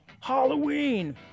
Halloween